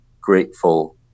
grateful